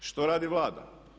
Što radi Vlada?